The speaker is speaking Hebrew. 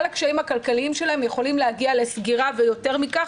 הקשיים הכלכליים שלהם יכולים להגיע לסגירה ויותר מכך.